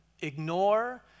ignore